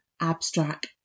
abstract